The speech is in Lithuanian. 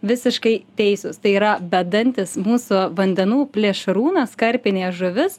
visiškai teisūs tai yra bedantis mūsų vandenų plėšrūnas karpinė žuvis